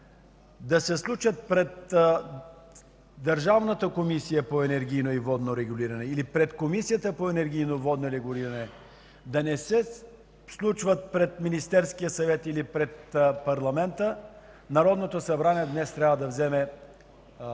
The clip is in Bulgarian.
да се случат пред Държавната комисия по енергийно и водно регулиране, или пред Комисията по енергийно и водно регулиране, да не се случват пред Министерския съвет или пред парламента, днес Народното събрание трябва да вземе